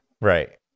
right